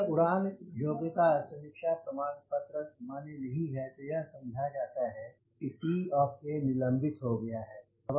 अगर उड़ान योग्यता समीक्षा प्रमाण पत्र मान्य नहीं है तो यह समझा जाता है कि C ऑफ़ A निलंबित हो गया है